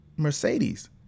Mercedes